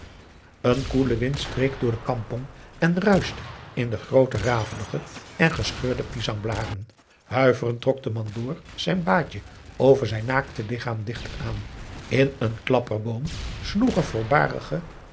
een koele wind streek door de kampong en ruischte in de groote rafelige en gescheurde pisangblaren huiverend trok de mandoer zijn baadje over zijn naakte lichaam dichter aan in een klapperboom